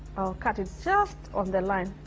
i'll cut it just on the line